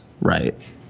right